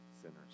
Sinners